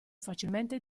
facilmente